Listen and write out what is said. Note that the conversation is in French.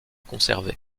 conservé